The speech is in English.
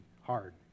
hard